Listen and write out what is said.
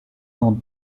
dans